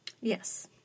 Yes